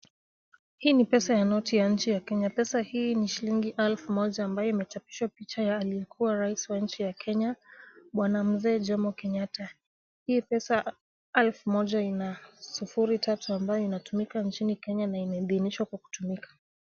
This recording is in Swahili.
Hii ni pesa ya noti ya nchi ya Kenya. Pesa hii ni shilingi elfu moja ambayo imechapishwa picha ya aliyekuwa rais wa nchi ya Kenya bwana Mzee Jomo Kenyatta. Hii pesa elfu moja ina sufuri tatu ambayo inatumika nchii Kenya na imeidhinishwa kutumika.